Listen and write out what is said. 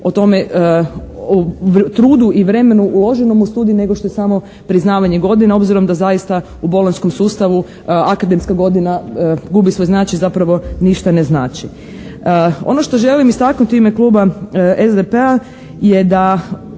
o tome o trudu i vremenu uloženom u studij nego što je samo priznavanje godina obzirom da zaista u Bolonjskom sustavu akademska godina gubi svoj značaj, zapravo ništa ne znači. Ono što želim istaknuti u ime kluba SDP-a je da